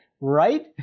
right